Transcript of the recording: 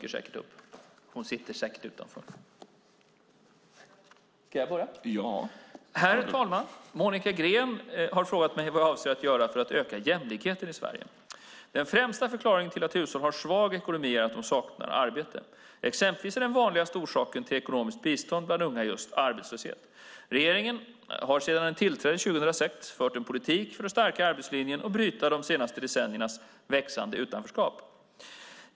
Herr talman! Monica Green har frågat mig vad jag avser att göra för att öka jämlikheten i Sverige. Den främsta förklaringen till att hushåll har svag ekonomi är att de saknar arbete. Exempelvis är den vanligaste orsaken till ekonomiskt bistånd bland unga just arbetslöshet. Regeringen har sedan den tillträdde 2006 fört en politik för att stärka arbetslinjen och bryta de senaste decenniernas växande utanförskap.